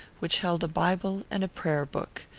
which held a bible and prayer-book,